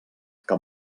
que